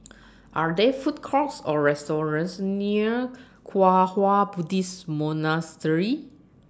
Are There Food Courts Or restaurants near Kwang Hua Buddhist Monastery